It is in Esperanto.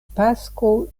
pasko